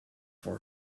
for